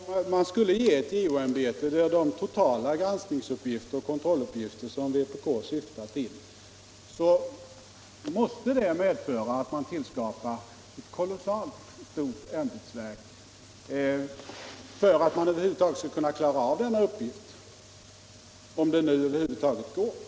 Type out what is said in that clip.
Herr talman! Om JO-ämbetet får de granskningsoch kontrolluppgifter som vpk syftar till, måste det medföra att man skapar ett oerhört stort ämbetsverk för att man över huvud taget skall kunna klara av uppgiften, om det nu går.